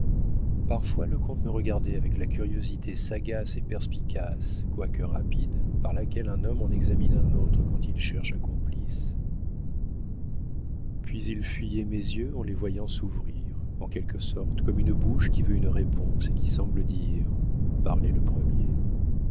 parfois le comte me regardait avec la curiosité sagace et perspicace quoique rapide par laquelle un homme en examine un autre quand il cherche un complice puis il fuyait mes yeux en les voyant s'ouvrir en quelque sorte comme une bouche qui veut une réponse et qui semble dire parlez le premier